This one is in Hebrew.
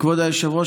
כבוד היושב-ראש,